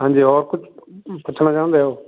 ਹਾਂਜੀ ਹੋਰ ਕੁਛ ਪੁੱਛਣਾ ਚਾਹੁੰਦੇ ਹੋ